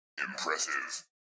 Impressive